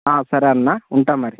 సరే అన్న ఉంటా మరి